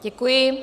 Děkuji.